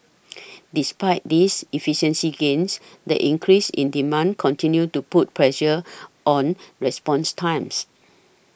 despite these efficiency gains the increases in demand continue to put pressure on response times